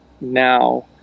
now